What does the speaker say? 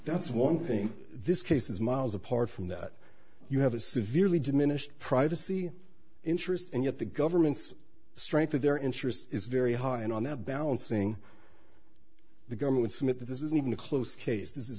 that's one thing this case is miles apart from that you have a severely diminished privacy interest and yet the government's strength of their interest is very high and on that balancing the government summit this isn't even a close case